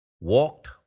walked